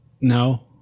no